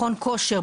מכון כושר,